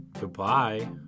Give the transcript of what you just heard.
Goodbye